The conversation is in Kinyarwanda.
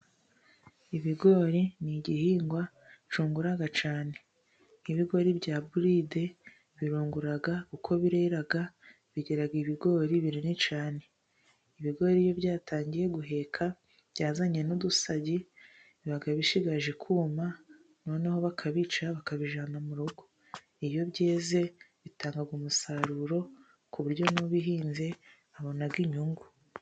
Ibigori ni igihingwa cyungura cyane nk'ibigori bya buride birungura kuko birera bigira ibigori binini cyane. Ibigori iyo byatangiye guheka byazanye n'udusagi biba bisigaje kuma noneho bakabica bakabijyana mu rugo. Iyo byeze bitanga umusaruro ku buryo n'ubihinze abona inyungu.